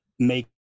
make